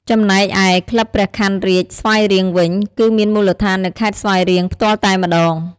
ចំណែកឯ ក្លឹបព្រះខ័នរាជស្វាយរៀងវិញ គឺមានមូលដ្ឋាននៅខេត្តស្វាយរៀងផ្ទាល់តែម្តង។